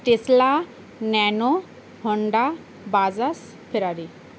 Tesla Nano Honda Bajaj Ferrari